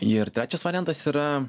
ir trečias variantas yra